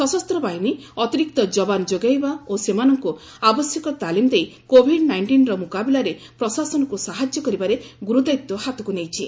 ସଶସ୍ତ ବାହିନୀ ଅତିରିକ୍ତ ଯବାନ ଯୋଗାଇବା ଓ ସେମାନଙ୍କ ଆବଶ୍ୟକ ତାଲିମ ଦେଇ କୋଭିଡ୍ ନାଇଞ୍ଜିନର ମ୍ରକାବିଲାରେ ପ୍ରଶାସନକୁ ସାହାଯ୍ୟ କରିବାରେ ଗୁରୁଦାୟିତ୍ୱ ହାତକୁ ନେଇଛି